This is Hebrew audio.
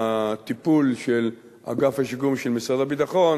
הטיפול של אגף השיקום של משרד הביטחון,